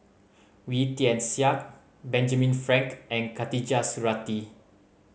Wee Tian Siak Benjamin Frank and Khatijah Surattee